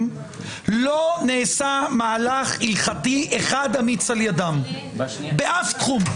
לא נעשה מהלך הלכתי אחד אמיץ על ידם באף תחום.